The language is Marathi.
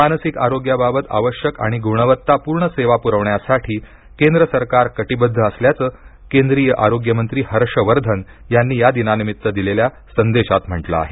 मानसिक आरोग्याबाबत आवश्यक आणि गुणवत्तापूर्ण सेवा पुरवण्यासाठी केंद्र सरकार कटिबद्ध असल्याचं केंद्रीय आरोग्य मंत्री हर्ष वर्धन यांनी या दिनानिमित्त दिलेल्या संदेशात म्हटलं आहे